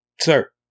Sir